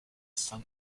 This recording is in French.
san